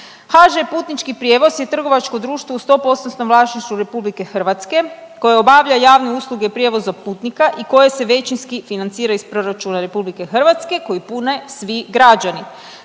HŽ Putnički prijevoz je trgovačko društvo u 100 postotnom vlasništvu RH koje obavlja javne usluge prijevoza putnika i koje se većinski financira iz proračuna RH koju pune svi građani,